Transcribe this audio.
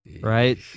right